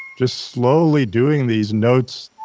just slowly doing these notes,